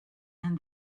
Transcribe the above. and